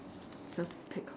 just pick